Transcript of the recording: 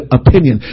opinion